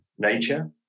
nature